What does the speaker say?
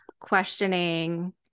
questioning